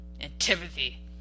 Antipathy